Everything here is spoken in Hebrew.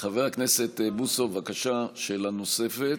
חבר הכנסת בוסו, בבקשה, שאלה נוספת.